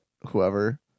whoever